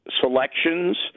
selections